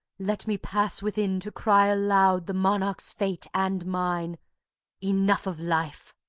let me pass within to cry aloud the monarch's fate and mine enough of life.